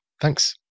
Thanks